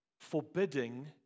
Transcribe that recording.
forbidding